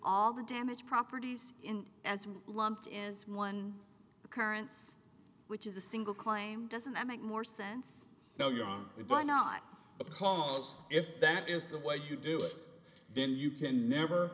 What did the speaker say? all the damage properties in as lumped is one occurrence which is a single claim doesn't that make more sense if by not a pause if that is the way you do it then you can never